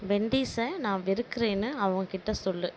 வெண்டீஸை நான் வெறுக்குறேன்னு அவன்கிட்ட சொல்லு